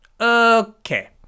Okay